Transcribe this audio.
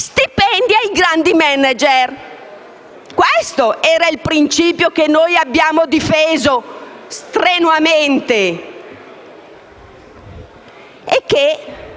stipendi dei grandi *manager*. Questo è il principio che abbiamo difeso strenuamente